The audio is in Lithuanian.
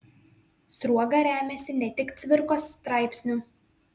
sruoga remiasi ne tik cvirkos straipsniu